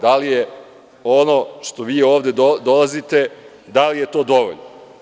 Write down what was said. Da li je ono što vi ovde dolazite, da li je to dovoljno?